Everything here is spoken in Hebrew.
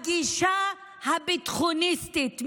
הגישה הביטחוניסטית,